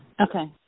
Okay